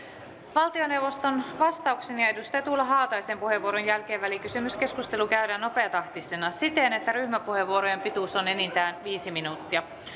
valtioneuvoston vastauksen ja ja edustaja tuula haataisen puheenvuoron jälkeen välikysymyskeskustelu käydään nopeatahtisena siten että ryhmäpuheenvuorojen pituus on enintään viisi minuuttia